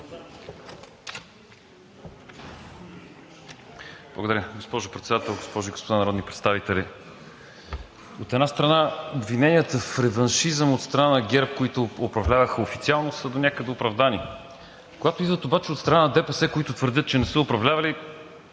Благодаря. Госпожо Председател, госпожи и господа народни представители! От една страна, обвиненията в реваншизъм от страна на ГЕРБ, които управляваха официално, са донякъде оправдани. Когато идват обаче от страна на ДПС, които твърдят, че не са управлявали,